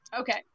Okay